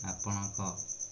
ଆପଣଙ୍କ